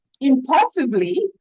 impulsively